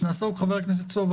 חבר הכנסת סובה,